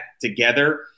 together